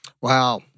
Wow